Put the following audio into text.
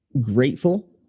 grateful